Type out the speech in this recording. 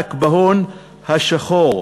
ומאבק בהון השחור.